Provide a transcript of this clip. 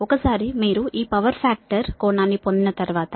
ఒకసారి మీరు ఈ పవర్ ఫ్యాక్టర్ కోణాన్ని పొందిన తర్వాత